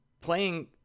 playing